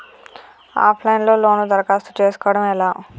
Of line లో loan దరఖాస్తు చేసుకోవడం ఎలా?